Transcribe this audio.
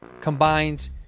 combines